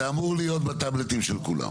זה אמור להיות בטאבלטים של כולם.